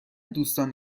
دوستان